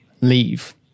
leave